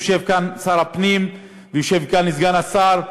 יושב כאן שר הפנים, ויושב כאן סגן השר.